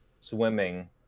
swimming